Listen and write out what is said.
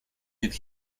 did